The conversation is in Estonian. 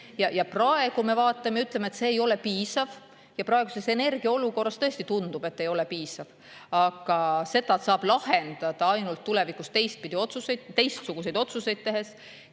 Praegu me vaatame ja ütleme, et see ei ole piisav. Praeguses energiaolukorras tõesti tundub, et ei ole piisav. Aga seda saab lahendada ainult tulevikus teistsuguseid otsuseid tehes,